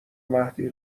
مهدی